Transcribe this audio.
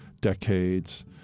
decades